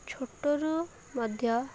ଛୋଟରୁ ମଧ୍ୟ